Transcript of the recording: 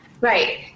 Right